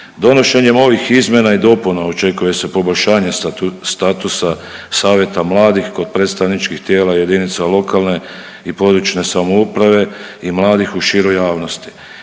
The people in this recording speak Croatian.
Donošenjem ovih izmjena i dopuna očekuje se poboljšanje statusa Savjeta mladih kod predstavničkih tijela jedinica lokalne i područne samouprave i mladih u široj javnosti.